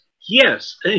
Yes